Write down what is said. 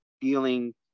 feeling